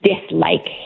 dislike